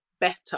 better